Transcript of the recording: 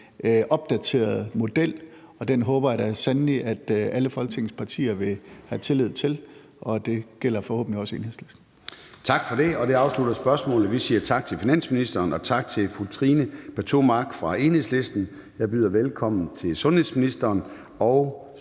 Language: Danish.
opdateret model, og den håber jeg da sandelig, at alle Folketingets partier vil have tillid til. Det gælder forhåbentlig også Enhedslisten. Kl. 13:15 Formanden (Søren Gade): Tak for det. Det afslutter spørgsmålet. Vi siger tak til finansministeren og tak til fru Trine Pertou Mach fra Enhedslisten. Jeg byder velkommen til sundhedsministeren.